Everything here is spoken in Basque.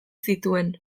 zituen